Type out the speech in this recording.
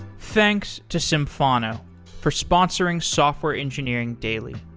thanks to symphono for sponsoring software engineering daily.